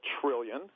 trillion